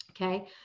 okay